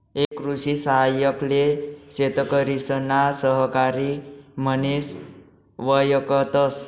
एक कृषि सहाय्यक ले शेतकरिसना सहकारी म्हनिस वयकतस